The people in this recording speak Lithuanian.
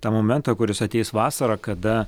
tą momentą kuris ateis vasarą kada